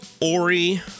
Ori